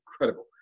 incredible